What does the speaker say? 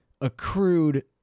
accrued